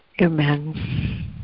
Amen